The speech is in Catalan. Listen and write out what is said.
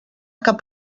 cap